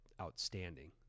outstanding